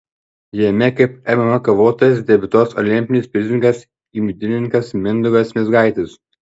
jame kaip mma kovotojas debiutuos olimpinis prizininkas imtynininkas mindaugas mizgaitis